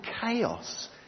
chaos